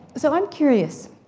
so, i'm curious,